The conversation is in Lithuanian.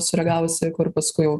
sureagavusi kur paskui jau